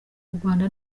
rwanda